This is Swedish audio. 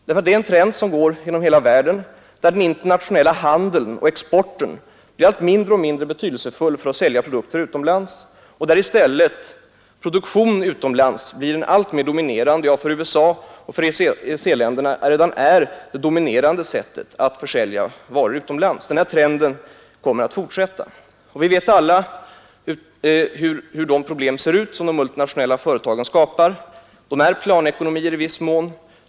Det är en trend som går igenom hela världen, där den internationella handeln och exporten blir allt mindre betydelsefull när det gäller att sälja produkter utomlands och där i stället produktion utomlands blir det allt mer dominerande sättet — och för USA och EEC-länderna redan är det — att försälja varor utomlands. Vi vet alla hur de problem ser ut som de multinationella företagen skapar. De är planekonomier i viss mån.